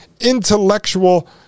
intellectual